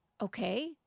Okay